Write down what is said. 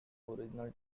original